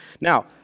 Now